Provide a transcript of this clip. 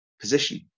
position